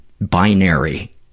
binary